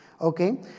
Okay